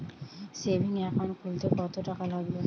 Savings account খুলতে কতটাকা লাগবে?